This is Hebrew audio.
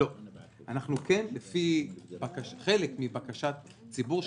חלק מבקשת הציבור,